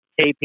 KP